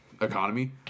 economy